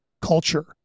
culture